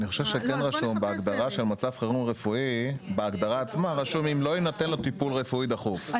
אני חושב שבהגדרה עצמה רשום: אם לא יינתן לו טיפול רפואי דחוף.